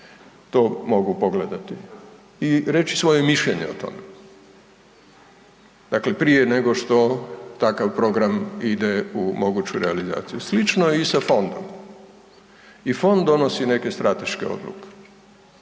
to mogu pogledati i reći svoje mišljenje o tome. Dakle prije nego što takav program ide u moguću realizaciju, slično je i sa fondom, i fond donosi neke strateške odluke.